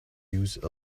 use